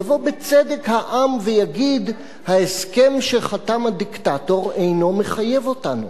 יבוא בצדק העם ויגיד: ההסכם שחתם הדיקטטור אינו מחייב אותנו.